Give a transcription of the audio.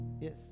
Yes